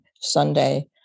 Sunday